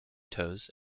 toes